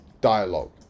dialogue